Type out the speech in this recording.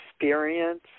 experience